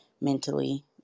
mentally